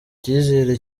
icyizere